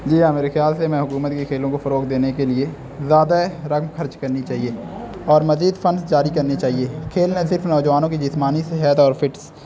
جی ہاں میرے خیال سے میں حکومت کے کھیلوں کو فروغ دینے کے لیے زیادہ رقم خرچ کرنی چاہیے اور مزید فنڈس جاری کرنی چاہیے کھیل میں صرف نوجوانوں کی جسمانی صحت اور فٹس